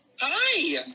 Hi